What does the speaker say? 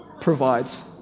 provides